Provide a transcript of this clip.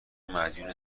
مدیون